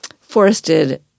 Forested